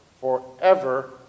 forever